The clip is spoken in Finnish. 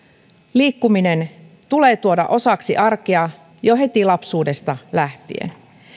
liikkuminen tulee tuoda osaksi arkea jo heti lapsuudesta lähtien